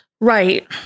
Right